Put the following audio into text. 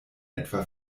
etwa